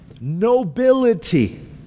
nobility